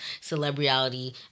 celebrity